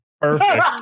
Perfect